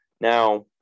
Now